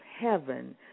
heaven